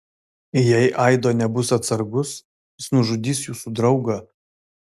jei aido nebus atsargus jis nužudys jūsų draugą